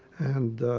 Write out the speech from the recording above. and